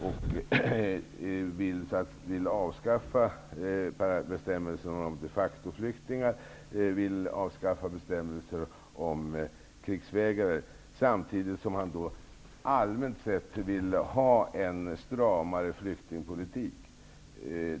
Han vill avskaffa bestämmelser om de facto-flyk tingar ochom krigsvägrare samtidigt som han all mänt sett vill ha en stramare flyktingpolitik.